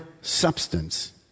substance